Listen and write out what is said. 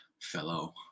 fellow